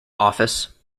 office